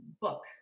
book